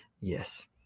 yes